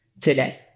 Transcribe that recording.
today